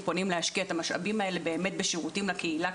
פונים באמת להשקיע את המשאבים האלה בשירותים לקהילה,